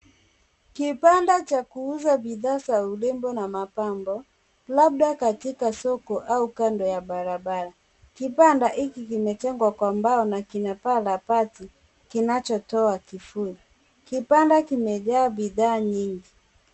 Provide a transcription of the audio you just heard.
Kibanda cha kuuza bidhaa za urembo na mapambo labda katika soko au kando ya barabara. Kibanda hiki kimejengwa kwa mbao na kina paa la bati kinacho toa kivuli. Kibanda kimejaa bidhaa nyingi.